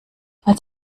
als